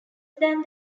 than